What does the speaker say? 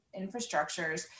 infrastructures